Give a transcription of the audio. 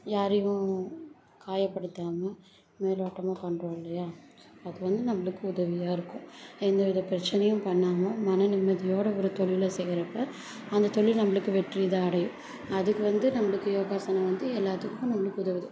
யாரையும் காயபடுத்தாமல் மேலோட்டமாக பண்ணுறோம் இல்லையா அது வந்து நம்மளுக்கு உதவியாக இருக்கும் எந்தவித பிரச்சினையும் பண்ணாமல் மனநிம்மதியோடு ஒரு தொழில செய்கிறப்ப அந்த தொழில் நம்மளுக்கு வெற்றிதான் அடையும் அதுக்கு வந்து நம்மளுக்கு யோகாசனம் வந்து எல்லாத்துக்கும் உதவுது